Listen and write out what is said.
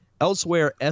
Elsewhere